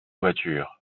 voiture